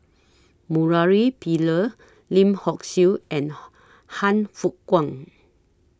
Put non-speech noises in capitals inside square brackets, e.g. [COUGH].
Murali Pillai Lim Hock Siew and [NOISE] Han Fook Kwang